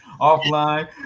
offline